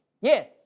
Yes